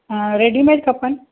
readymade खपनि